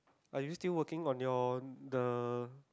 are you still working on your the